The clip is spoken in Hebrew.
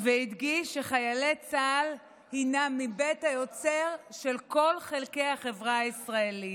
והדגיש שחיילי צה"ל הינם מבית היוצר של כל חלקי החברה הישראלית.